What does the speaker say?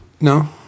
No